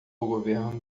governo